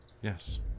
Yes